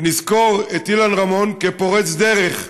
נזכור את אילן רמון כפורץ דרך,